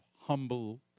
humble